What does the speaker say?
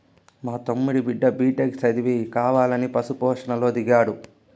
మా తమ్ముడి బిడ్డ బిటెక్ చదివి కావాలని పశు పోషణలో దిగాడు